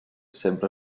sempre